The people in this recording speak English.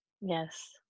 Yes